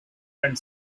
and